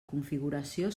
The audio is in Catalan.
configuració